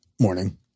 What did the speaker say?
morning